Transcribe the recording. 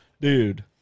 dude